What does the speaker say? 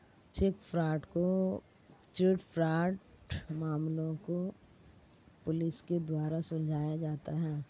check fraud मामलों को police के द्वारा सुलझाया जाता है